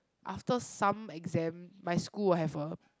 after some exam my school will have a